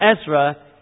Ezra